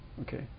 Okay